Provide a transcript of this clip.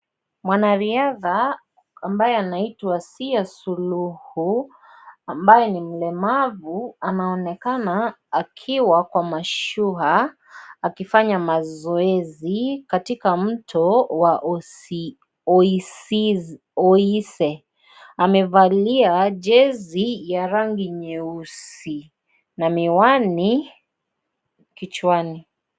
Mwanariadha ambaye anaitwa Asiya Suluhu ambaye ni mlemavu anaonekana akiwa kwa mashua akifanya mazoezi katika Mto Oise. Amevalia jezi ya rangi nyeusi na miwani kicwani.